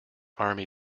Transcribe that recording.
army